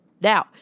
Now